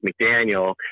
McDaniel